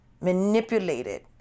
manipulated